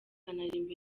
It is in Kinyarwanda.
anaririmba